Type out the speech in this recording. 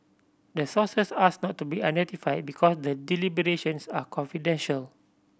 the sources asked not to be identified because the deliberations are confidential